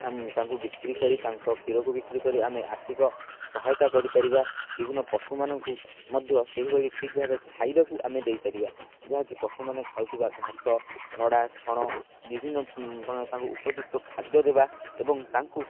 ତାଙ୍କୁ ବିକ୍ରି କରି ତାଙ୍କ କ୍ଷୀରକୁ ବିକ୍ରି କରି ଆମେ ଆର୍ଥିକ ସହାୟତା କରିପାରିବା ବିଭିନ୍ନ ପଶୁମାନଙ୍କୁ ମଧ୍ୟ ସେହିଭଳି ଠିକ ଭାବେ ଖାଇବାକୁ ଆମେ ଦେଇପାରିବା ଯାହାକି ପଶୁମାନେ ଖାଉଥିବା ଘାସ ନଡ଼ା ଛଣ ବିଭିନ୍ନ ତାଙ୍କୁ ଉପଯୁକ୍ତ ଖାଦ୍ୟ ଦେବା ଏବଂ ତାଙ୍କୁ